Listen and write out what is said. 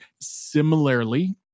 Similarly